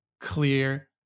clear